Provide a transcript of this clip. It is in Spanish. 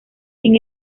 sin